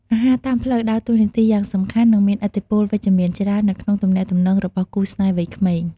អាហារតាមផ្លូវដើរតួនាទីយ៉ាងសំខាន់ និងមានឥទ្ធិពលវិជ្ជមានច្រើន នៅក្នុងទំនាក់ទំនងរបស់គូស្នេហ៍វ័យក្មេង។